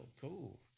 cool